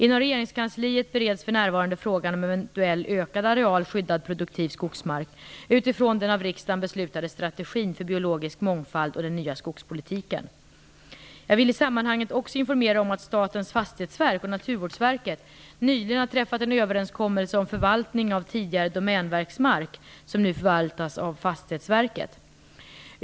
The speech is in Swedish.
Inom regeringskansliet bereds för närvarande frågan om en eventuell ökad areal skyddad produktiv skogsmark, utifrån den av riksdagen beslutade strategin för biologisk mångfald och den nya skogspolitiken. Jag vill i sammanhanget också informera om att Statens fastighetsverk och Naturvårdsverket nyligen träffat en överenskommelse om förvaltning av tidigare domänverksmark som nu förvaltas av Fastighetsverket.